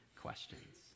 questions